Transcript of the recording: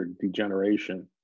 degeneration